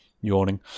yawning